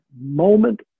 moment